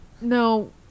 no